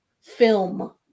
film